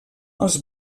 els